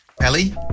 Ellie